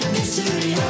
Mystery